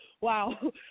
Wow